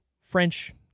French